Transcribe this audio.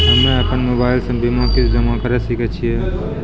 हम्मे अपन मोबाइल से बीमा किस्त जमा करें सकय छियै?